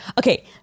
Okay